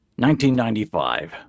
1995